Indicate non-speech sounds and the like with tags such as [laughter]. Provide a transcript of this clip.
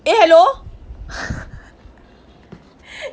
eh hello [laughs]